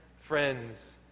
Friends